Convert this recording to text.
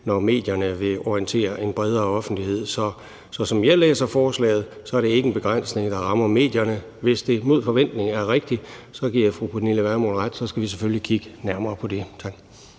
når medierne vil orientere en bredere offentlighed. Så som jeg læser forslaget, er det ikke en begrænsning, der rammer medierne. Hvis det mod forventning er rigtigt, giver jeg fru Pernille Vermund ret i, at vi selvfølgelig skal kigge nærmere på det. Tak.